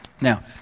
Now